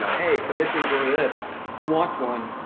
so hey, commissions are this, who wants one?